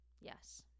Yes